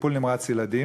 בטיפול נמרץ ילדים.